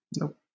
Nope